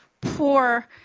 poor